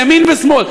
ימין ושמאל,